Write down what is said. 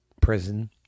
prison